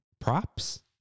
props